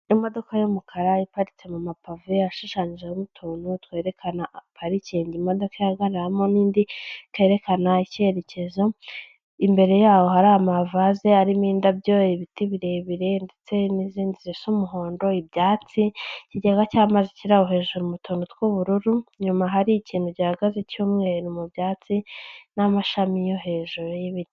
Imodoka y'umukara iparitse mu mapave, yashushanyijeho utuntu twerekana parikingi imodoka ihagararamo n'indi kerekana icyerekezo, imbere yaho hari amavaze arimo indabyo, ibiti, birebire ndetse n'izindi z'umuhondo ,ibyatsi ,ikigega cy'amazi kiriho hejuru mu tuntu tw'ubururu, nyuma hari ikintu gihagaze cyumweru mu byatsi, n'amashami yo hejuru y'ibiti.